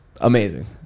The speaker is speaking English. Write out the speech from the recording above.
amazing